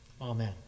Amen